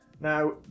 Now